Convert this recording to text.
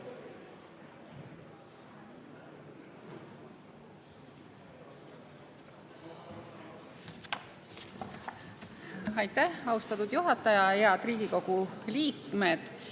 Aitäh, austatud juhataja! Head Riigikogu liikmed!